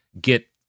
get